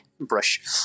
brush